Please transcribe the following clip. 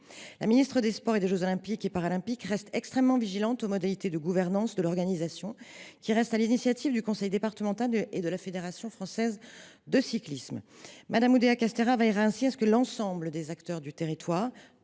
La ministre des sports et des jeux Olympiques et Paralympiques reste extrêmement vigilante sur les modalités de gouvernance de l’organisation, qui reste à l’initiative du conseil départemental et de la Fédération française de cyclisme. Mme Amélie Oudéa Castéra veillera ainsi à ce que l’ensemble des acteurs du territoire,